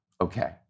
okay